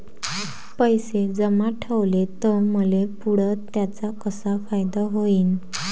पैसे जमा ठेवले त मले पुढं त्याचा कसा फायदा होईन?